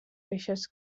feixes